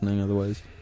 otherwise